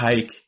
take